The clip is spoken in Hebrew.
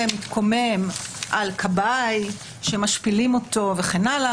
ומתקומם על כבאי שמשפילים אותו וכן הלאה,